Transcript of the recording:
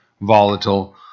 volatile